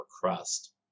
crust